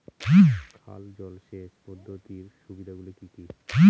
খাল জলসেচ পদ্ধতির সুবিধাগুলি কি কি?